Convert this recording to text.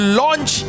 launch